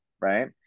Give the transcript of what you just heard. right